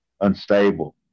unstable